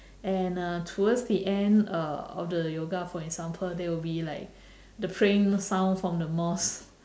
and uh towards the end uh of the yoga for example there will be like the praying sounds from the mosque